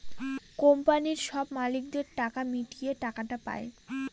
কোম্পানির সব মালিকদের টাকা মিটিয়ে টাকাটা পায়